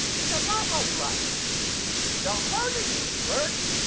it's a lot like life the harder you work